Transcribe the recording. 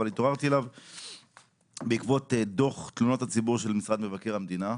אבל התעוררתי אליו בעקבות דוח תלונות הציבור של משרד מבקר המדינה.